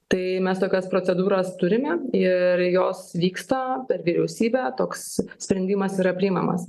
tai mes tokios procedūras turime ir jos vyksta per vyriausybę toks sprendimas yra priimamas